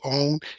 own